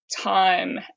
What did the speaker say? time